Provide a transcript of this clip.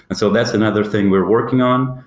and so that's another thing we're working on,